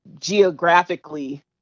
geographically